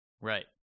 Right